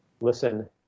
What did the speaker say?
listen